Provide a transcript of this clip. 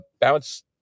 bounce